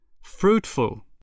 Fruitful